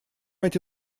эти